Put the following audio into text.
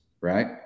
Right